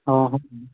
অ